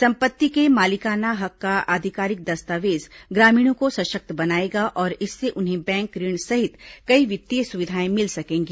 संपत्ति के मालिकाना हक का आधिकारिक दस्तावेज ग्रामीणों को सशक्त बनाएगा और इससे उन्हें बैंक ऋण सहित कई वित्तीय सुविधाएं मिल सकेंगी